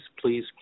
please